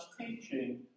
teaching